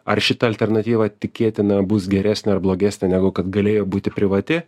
ar šita alternatyva tikėtina bus geresnė ar blogesnė negu kad galėjo būti privati